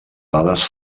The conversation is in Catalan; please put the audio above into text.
dades